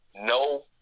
no